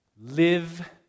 live